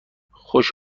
خوش